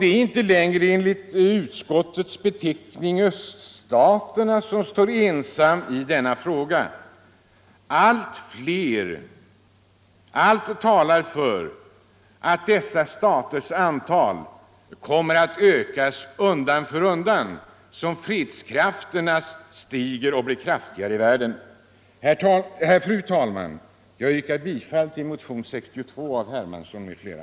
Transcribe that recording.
Det är inte längre så att — enligt utskottets beteckning — öststaterna står ensamma i denna fråga. Allt talar för att detta antal stater kommer att stiga undan för undan allteftersom fredskrafterna blir starkare i världen. Fru talman! Jag yrkar bifall till motionen 62 av herr Hermansson m.fl.